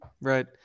Right